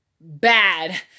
bad